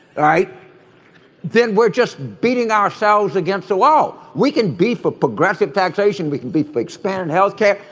right then we're just beating ourselves against the wall. we can be for progressive taxation we can be for expanded health care.